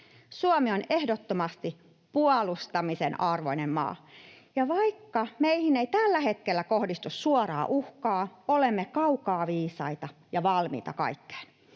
Suomi on ehdottomasti puolustamisen arvoinen maa, ja vaikka meihin ei tällä hetkellä kohdistu suoraa uhkaa, olemme kaukaa viisaita ja valmiita kaikkeen.